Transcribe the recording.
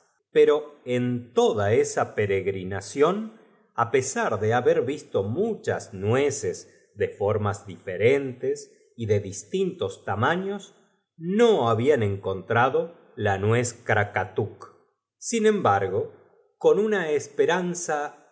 más entuen toda esa peregrinación á pesar de haber visto muchas nueces du formas diferentes y de distintos tamaiios no hablan encontrado la nuez krakatuk sin embargo con una esperanza